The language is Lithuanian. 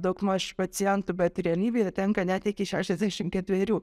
daugmaž pacientų bet realybėje tenka net iki šešiasdešimt ketverių